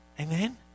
Amen